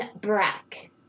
Brack